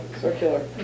circular